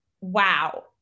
wow